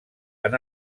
han